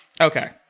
Okay